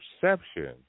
perception